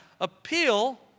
appeal